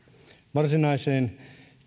varsinaiseen